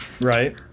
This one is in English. Right